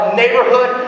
neighborhood